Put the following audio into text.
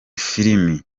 filimi